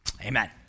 Amen